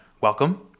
Welcome